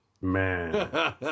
Man